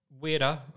weirder